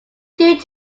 due